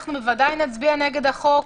אנחנו בוודאי נצביע נגד החוק.